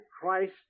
Christ